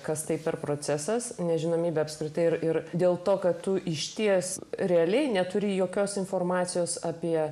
kas tai per procesas nežinomybė apskritai ir ir dėl to kad tu išties realiai neturi jokios informacijos apie